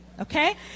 okay